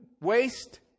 waste